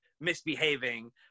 misbehaving